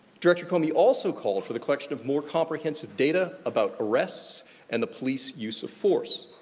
director comey also called for the collection of more comprehensive data about arrests and the police use of force.